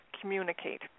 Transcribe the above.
communicate